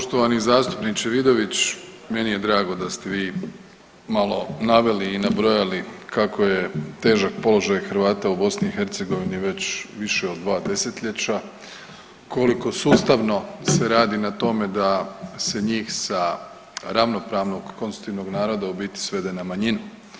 Poštovani zastupniče Vidović, meni je drago da ste vi malo naveli i nabrojali kako težak položaj Hrvata u BiH već više od 2 desetljeća, koliko sustavno se radi na tome da se njih sa ravnopravnog konstitutivnog naroda u biti svede na manjinu.